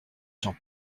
sans